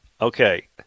Okay